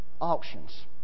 auctions